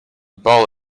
ball